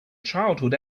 childhood